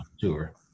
tour